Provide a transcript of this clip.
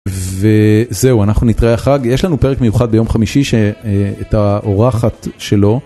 וזהו אנחנו נתראה החג. יש לנו פרק מיוחד ביום חמישי שאת האורחת שלו.